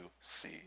see